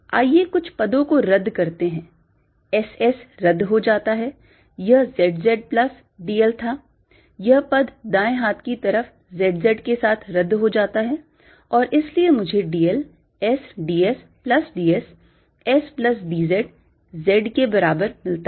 आइए कुछ पदों को रद्द करते हैं SS रद्द हो जाता है यह ZZ plus dl था यह पद दाएँ हाथ की तरफ ZZ के साथ रद्द हो जाता है और इसलिए मुझे dl S d s plus d s S plus d z Z के बराबर मिलता है